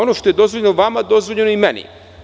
Ono što je dozvoljeno vama, dozvoljeno je i meni.